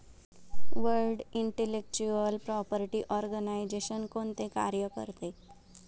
World intellectual property organisation कोणते कार्य करते?